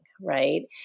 Right